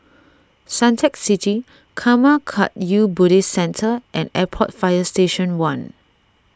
Suntec City Karma Kagyud Buddhist Centre and Airport Fire Station one